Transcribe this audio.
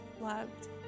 loved